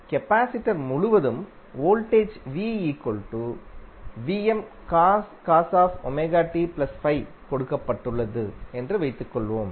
capacitor முழுவதும் voltage கொடுக்கப்பட்டுள்ளது என்று வைத்துக்கொள்வோம்